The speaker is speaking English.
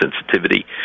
sensitivity